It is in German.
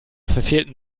verfehlten